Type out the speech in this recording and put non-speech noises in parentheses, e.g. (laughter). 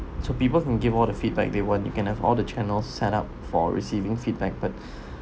so people can give all the feedback they want you can have all the channel set up for receiving feedback but (breath)